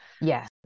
Yes